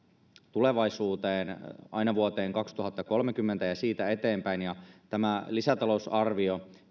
tulevaisuuteen aina vuoteen kaksituhattakolmekymmentä ja siitä eteenpäin ja tämä lisätalousarvio